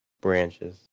branches